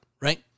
right